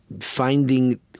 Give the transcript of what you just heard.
finding